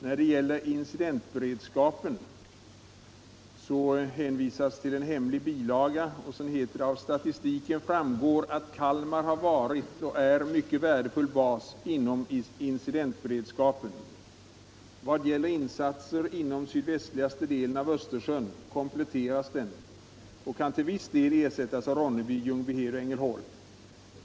När det gäller incidentberedskapen hänvisar han till en hemlig bilaga. Jag citerar i övrigt: ”Av statistiken framgår att Kalmar har varit och är en mycket värdefull bas inom incidentberedskapen. Vad gäller insatser inom sydvästligaste delen av Östersjön kompletteras den och kan till viss del ersättas av Ronneby, Ljungbyhed och Ängelholm.